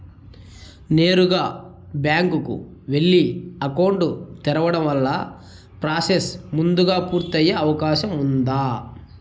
నేరుగా బ్యాంకు కు వెళ్లి అకౌంట్ తెరవడం వల్ల ప్రాసెస్ ముందుగా పూర్తి అయ్యే అవకాశం ఉందా?